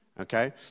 okay